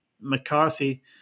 McCarthy